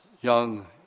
young